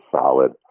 solid